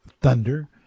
thunder